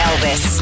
Elvis